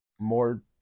more